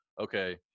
okay